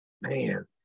man